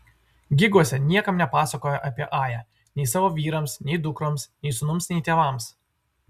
giguose niekam nepasakojo apie ają nei savo vyrams nei dukroms nei sūnums nei tėvams